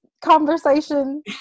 conversation